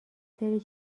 سری